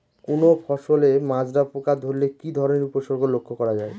কোনো ফসলে মাজরা পোকা ধরলে কি ধরণের উপসর্গ লক্ষ্য করা যায়?